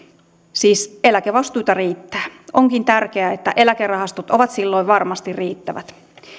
siis eläkevastuita riittää onkin tärkeää että eläkerahastot ovat silloin varmasti riittävät